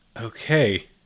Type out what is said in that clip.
Okay